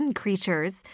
creatures